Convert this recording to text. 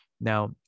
Now